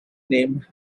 name